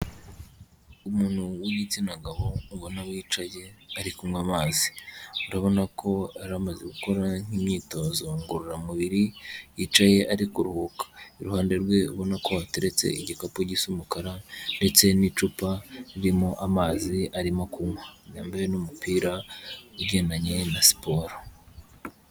Umuntu w'igitsina gabo ubona wicaye ari kunywa amazi, urabona ko yari amaze gukora nk'imyitozo ngororamubiri, yicaye ari kuruhuka, iruhande rwe ubona ko ateretse igikapu gisa umukara ndetse n'icupa ririmo amazi arimo kunywa, yambaye n'umupira ugendanye na siporo.